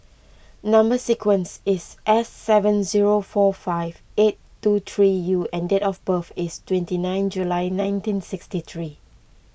Number Sequence is S seven zero four five eight two three U and date of birth is twenty nine July nineteen sixty three